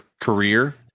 career